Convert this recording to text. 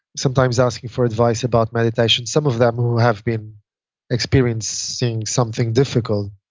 sometimes asking for advice about meditation. some of them who have been experiencing something difficult.